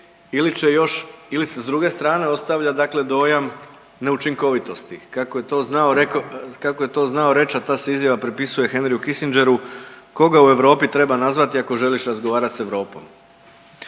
ili će još, ili se s druge strane ostavlja dakle dojam neučinkovitosti kako je to znao, kako je to znao reć, a ta se izjava pripisuje Henryu Kissingeru koga u Europi treba nazvati ako želiš razgovarat s Europom.